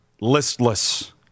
listless